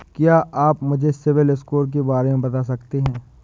क्या आप मुझे सिबिल स्कोर के बारे में बता सकते हैं?